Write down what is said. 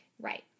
Right